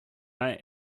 einer